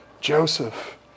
Joseph